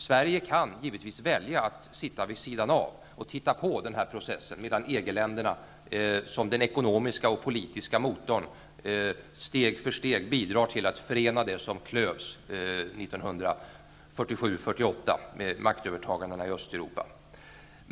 Sverige kan givetvis välja att sitta vid sidan av och titta på medan processen fortgår, medan EG-länderna, som den ekonomiska och politiska motorn, steg för steg bidrar till att förena det som klövs 1947--48 i och med maktövertagandena i Östeuropa.